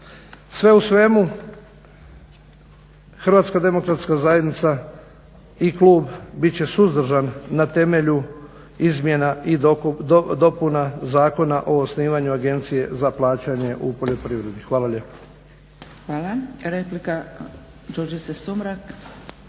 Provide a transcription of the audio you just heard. Sve u svemu Hrvatska demokratska zajednica i klub bit će suzdržan na temelju izmjena i dopuna Zakona o osnivanju Agencije za plaćanje u poljoprivredi. Hvala lijepa. **Zgrebec,